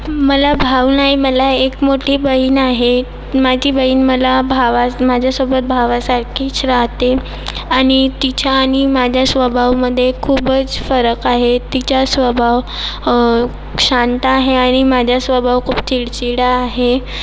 मला भाऊ नाही मला एक मोठी बहीण आहे माझी बहीण मला भावा माझ्यासोबत भावासारखीच राहते आणि तिच्या आणि माझ्या स्वभावामध्ये खूपच फरक आहे तिचा स्वभाव शांत आहे आणि माझा स्वभाव खूप चिडचिडा आहे